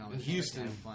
Houston